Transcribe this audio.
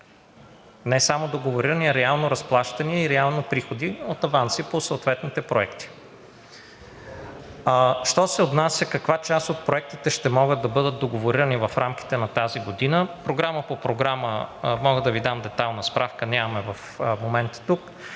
не само договорирани, а реално разплащани и реално приходи от аванси по съответните проекти. Що се отнася каква част от проектите ще могат да бъдат договорирани в рамките на тази година – програма по програма мога да Ви дам детайлна справка, нямам я в момента тук.